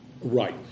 right